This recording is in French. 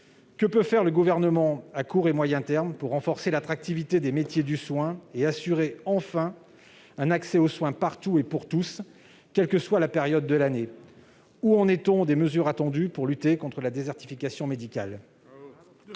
que peut faire le Gouvernement, à court et moyen terme, pour renforcer l'attractivité des métiers du soin et assurer enfin un accès aux soins partout et pour tous, quelle que soit la période de l'année ? Où en est-on des mesures attendues pour lutter contre la désertification médicale ?